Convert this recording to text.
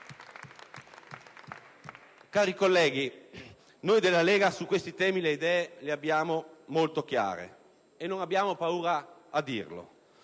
Cari colleghi, noi della Lega su questi temi le idee le abbiamo molto chiare e non abbiamo paura a dirlo.